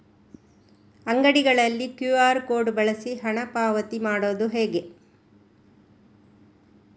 ಅಂಗಡಿಗಳಲ್ಲಿ QR code ಬಳಸಿ ಹಣ ಪಾವತಿ ಮಾಡೋದು ಹೇಗೆ?